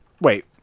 Wait